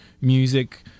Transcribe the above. music